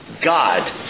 God